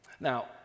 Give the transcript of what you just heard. Now